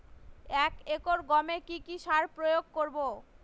এক একর গমে কি কী সার প্রয়োগ করব?